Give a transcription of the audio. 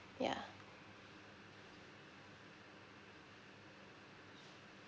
ya